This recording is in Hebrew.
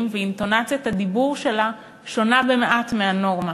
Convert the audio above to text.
ואינטונציית הדיבור שלה שונה במעט מהנורמה.